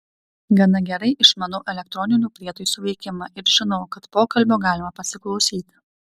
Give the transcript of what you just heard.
gana gerai išmanau elektroninių prietaisų veikimą ir žinau kad pokalbio galima pasiklausyti